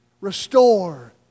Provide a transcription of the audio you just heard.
restore